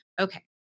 okay